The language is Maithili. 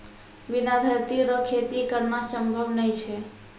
बिना धरती रो खेती करना संभव नै छै